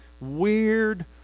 weird